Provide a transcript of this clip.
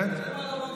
מוותרת?